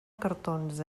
cartons